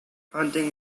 hunting